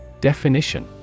Definition